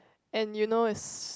and you know it's